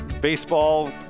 baseball